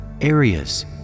areas